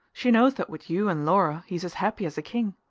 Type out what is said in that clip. she knows that with you and laura he's as happy as a king.